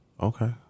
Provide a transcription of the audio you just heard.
Okay